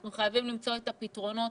אנחנו חייבים למצוא את הפתרונות